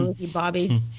Bobby